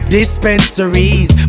Dispensaries